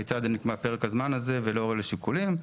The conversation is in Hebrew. כיצד נקבע פרק הזמן הזה ולאור אילו שיקולים.